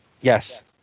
Yes